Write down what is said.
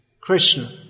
Krishna